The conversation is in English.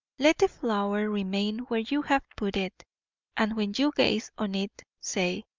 let the flower remain where you have put it and when you gaze on it say,